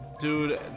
dude